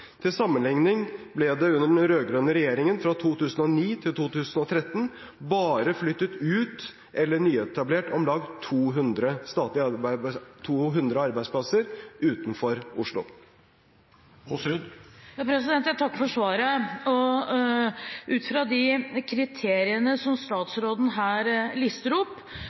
Til sammenligning ble det, under den rød-grønne regjeringen, fra 2009 til 2013 bare flyttet ut eller nyetablert om lag 200 arbeidsplasser utenfor Oslo. Jeg takker for svaret. Ut fra de kriteriene som statsråden her lister opp,